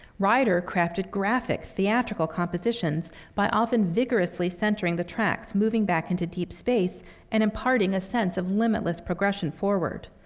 ryder crafted graphic, theatrical compositions by often vigorously centering the tracks moving back into deep space and imparting a sense of limitless progression forward.